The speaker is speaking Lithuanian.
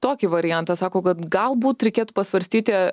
tokį variantą sako kad galbūt reikėtų pasvarstyti